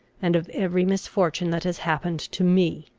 and of every misfortune that has happened to me.